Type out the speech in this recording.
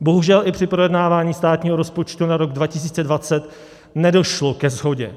Bohužel i při projednávání státního rozpočtu na rok 2020 nedošlo ke shodě.